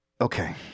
okay